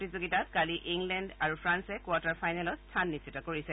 প্ৰতিযোগিতাত কালি ইংলেণ্ড আৰু ফ্ৰান্সে কোৱাৰ্টাৰ ফাইনেলত স্থান নিশ্চিত কৰিছে